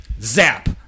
Zap